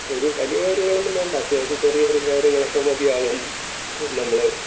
ഒരു വലിയ കാര്യങ്ങളൊന്നും വേണ്ട അത്യാവശ്യം ചെറിയ ചെറിയ കാര്യങ്ങളൊക്കെ മതിയാവും നമ്മൾ